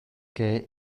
che